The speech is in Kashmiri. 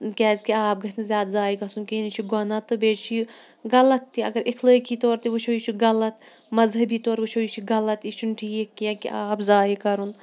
کیازکہِ آب گَژھنہٕ زیادٕ زایہِ گَژھُن کینٛہہ یہِ چھُ کۄناہ تہٕ بیٚیہِ چھُ یہِ غَلَط تہِ اَگَر اِخلٲقی طور تہِ وٕچھو یہِ چھُ غَلَط مَذہَبی طور وٕچھو یہِ چھُ غَلَط یہِ چھُنہِ ٹھیٖک کینٛہہ کہِ آب زایہِ کَرُن